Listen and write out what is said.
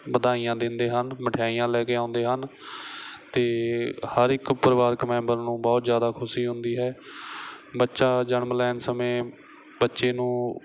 ਵਧਾਈਆਂ ਦਿੰਦੇ ਹਨ ਮਠਿਆਈਆਂ ਲੈ ਕੇ ਆਉਂਦੇ ਹਨ ਅਤੇ ਹਰ ਇੱਕ ਪਰਿਵਾਰਕ ਮੈਂਬਰ ਨੂੰ ਬਹੁਤ ਜ਼ਿਆਦਾ ਖੁਸ਼ੀ ਹੁੰਦੀ ਹੈ ਬੱਚਾ ਜਨਮ ਲੈਣ ਸਮੇਂ ਬੱਚੇ ਨੂੰ